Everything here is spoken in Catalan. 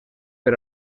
per